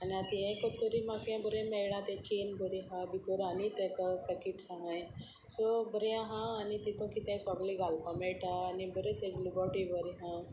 आनी आतां हे करतरी म्हाका बरें मेळ्ळा तें चेन बरी आसा भितर आनी ताका पॅकिट्स हांय सो बरीें आसा आनी तितू कितें सगलें घालपाक मेळटा आनी बर तेज लुगोटूय बरें आसा